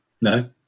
No